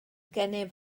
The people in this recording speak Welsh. gennyf